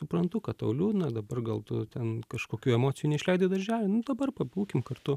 suprantu kad tau liūdna dabar gal tu ten kažkokių emocijų neišleidai daržely nu dabar pabūkim kartu